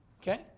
Okay